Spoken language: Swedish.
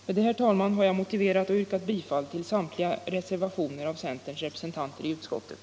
Därmed, herr talman, har jag motiverat och yrkat bifall till samtliga reservationer av centerns representanter i utskottet.